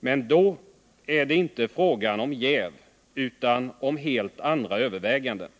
men då är det inte fråga om jäv utan om helt andra överväganden.